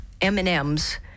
M&M's